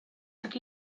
aquí